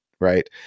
Right